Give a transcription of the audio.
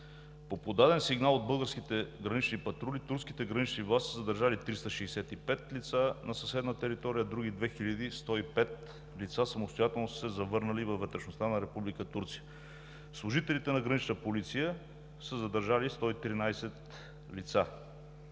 По подаден сигнал от българските гранични патрули турските гранични власти са задържали 365 лица на съседна територия, а други 2105 лица самостоятелно са се завърнали във вътрешността на Република Турция. Служителите на „Гранична полиция“ са задържали 113 лица.